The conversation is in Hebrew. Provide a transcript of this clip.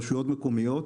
רשויות מקומיות,